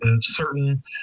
certain